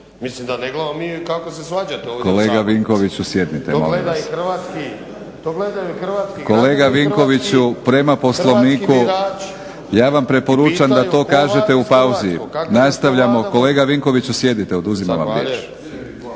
Milorad (HNS)** Kolega Vinkoviću sjednite molim vas. Kolega Vinkoviću prema Poslovniku ja vam preporučam da to kažete u pauzi. Nastavljamo, kolega Vinkoviću sjedite, oduzimam vam riječ.